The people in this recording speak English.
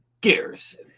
Garrison